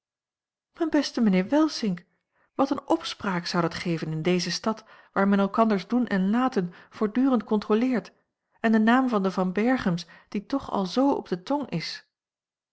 beste mijnheer welsink wat eene opspraak zou dat geven in deze stad waar men elkanders doen en laten voortdurend controleert en de naam van de van berchems die toch al z op de tong is